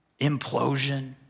Implosion